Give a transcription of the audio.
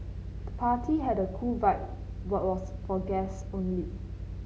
the party had a cool vibe but was for guest only